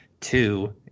two